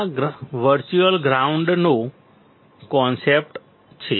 આ વર્ચ્યુઅલ ગ્રાઉન્ડનો કોન્સેપ્ટ છે